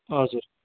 हजुर